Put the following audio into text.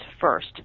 first